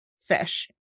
fish